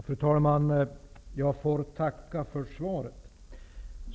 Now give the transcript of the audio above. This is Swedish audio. Fru talman! Jag får tacka för svaret.